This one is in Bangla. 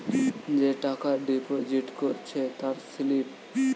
যে টাকা ডিপোজিট করেছে তার স্লিপ